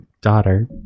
daughter